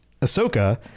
Ahsoka